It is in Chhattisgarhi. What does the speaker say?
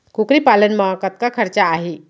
कुकरी पालन म कतका खरचा आही?